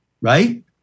right